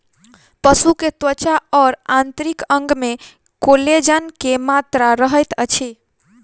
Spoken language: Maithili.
पशु के त्वचा और आंतरिक अंग में कोलेजन के मात्रा रहैत अछि